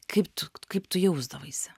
kaip tu kaip tu jausdavaisi